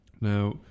Now